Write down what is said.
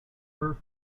her